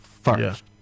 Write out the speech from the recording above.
first